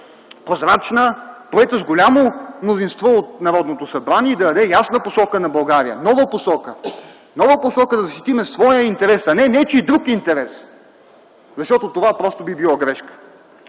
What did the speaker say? прозрачна, приета с голямо мнозинство от Народното събрание и да даде ясна посока на България, нова посока. Нова посока, за да защитим своя интерес, а не нечий друг интерес, защото това просто би било грешка.